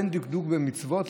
דקדוק במצוות,